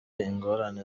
ingorane